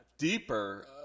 Deeper